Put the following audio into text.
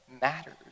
matters